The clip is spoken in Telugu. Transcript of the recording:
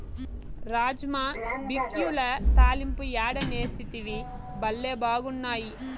రాజ్మా బిక్యుల తాలింపు యాడ నేర్సితివి, బళ్లే బాగున్నాయి